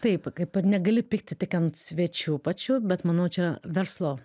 taip kaip ir negali pykti tik ant svečių pačių bet manau čia verslo